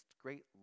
great